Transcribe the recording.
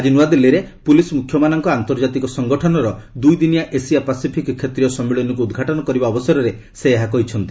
ଆଜି ନୂଆଦିଲ୍ଲୀରେ ପୁଲିସ୍ ମୁଖ୍ୟମାନଙ୍କ ଆନ୍ତର୍ଜାତିକ ସଂଗଠନର ଦୁଇଦିନିଆ ଏସିଆ ପାସିଫିକ୍ କ୍ଷେତ୍ରିୟ ସମ୍ମିଳନୀକୁ ଉଦ୍ଘାଟନ କରିବା ଅବସରରେ ଏହା କହିଛନ୍ତି